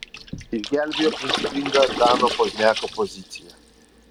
išgelbėjo principinga dano pozniako pozicija